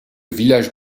village